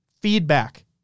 feedback